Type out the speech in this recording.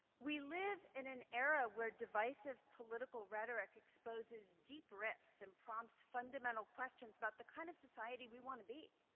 we live in an era where divisive political rhetoric exposes deep rifts and prompts fundamental questions about the kind of society we want to be.